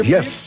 Yes